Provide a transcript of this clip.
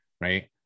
right